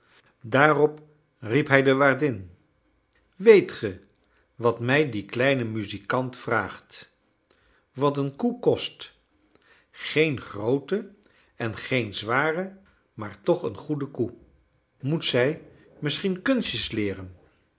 daarop riep hij de waardin weet ge wat mij die kleine muzikant vraagt wat een koe kost geen groote en geen zware maar toch een goede koe moet zij misschien kunstjes leeren